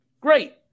great